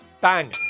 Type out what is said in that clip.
Bang